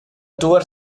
tuor